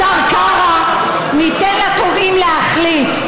אמר השר קרא: ניתן לתובעים להחליט.